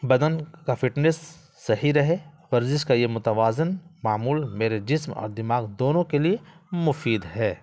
بدن کا فٹنیس صحیح رہے ورزش کا یہ متوازن معمول میرے جسم اور دماغ دونوں کے لیے مفید ہے